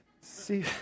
See